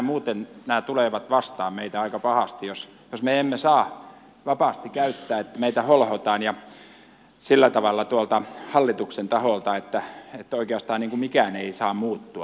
muuten nämä tulevat vastaan meitä aika pahasti jos me emme saa vapaasti sitä käyttää vaan meitä holhotaan ja sillä tavalla tuolta hallituksen taholta että oikeastaan mikään ei saa muuttua